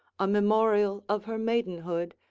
a memorial of her maidenhood,